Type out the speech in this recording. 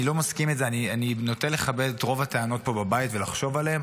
אני נוטה לכבד את רוב הטענות פה בבית ולחשוב עליהן.